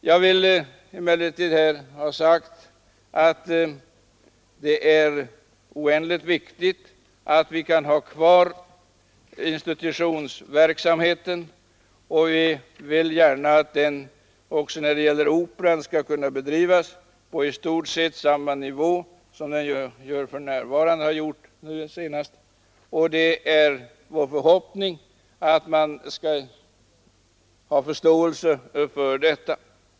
Jag vill emellertid här ha sagt att det är oändligt viktigt att kunna bibehålla institutionsverksamheten. Vi vill gärna att den också när det gäller Operan skall kunna bedrivas på i stort sett samma nivå som under den senaste tiden, och det är vår förhoppning att man skall ha förståelse för detta.